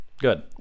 good